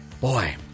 Boy